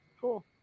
Cool